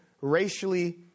racially